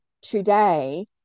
today